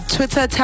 Twitter